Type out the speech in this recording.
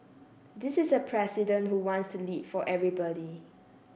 this is a president who wants to lead for everybody